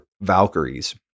valkyries